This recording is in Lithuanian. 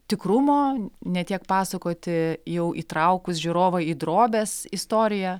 tikrumo ne tiek pasakoti jau įtraukus žiūrovą į drobės istoriją